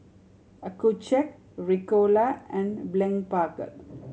Accucheck Ricola and Blephagel